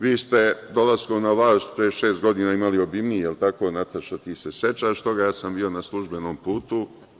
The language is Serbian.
Vi ste dolaskom na vlast pre šest godina imali obimniji, da li je tako Nataša ti se sećaš toga, ja sam bio na službenom putu.